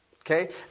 Okay